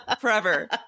forever